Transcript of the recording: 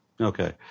Okay